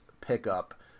pickup